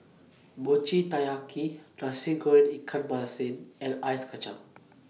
Mochi Taiyaki Nasi Goreng Ikan Masin and Ice Kacang